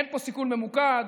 אין פה סיכול ממוקד,